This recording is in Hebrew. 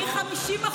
אני 50%,